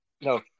no